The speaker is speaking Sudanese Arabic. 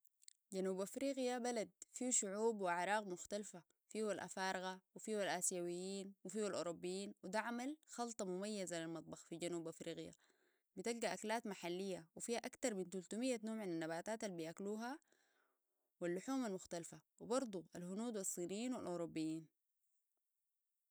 جنوب أفريقيا بلد فيهو شعوب واعراق مختلفة فيهو الأفارقة وفيهو الآسيويين وفيه الأوروبيين وده عمل خلطة مميزة للمطبخ في جنوب أفريقيا بتلقى أكلات محلية وفيها أكتر من تلتميه نوع من النباتات اللي بيأكلوها واللحوم المختلفة وبرضو الهنود والصينيين والأوروبيين